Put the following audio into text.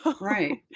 right